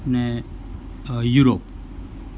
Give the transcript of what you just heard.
ને યુરોપ